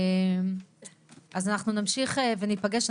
אז אנחנו נמשיך וניפגש,